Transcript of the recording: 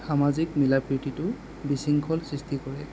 সামাজিক মিলা প্ৰীতিতো বিশৃংখল সৃষ্টি কৰে